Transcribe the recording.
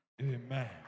Amen